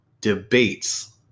debates